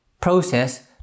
process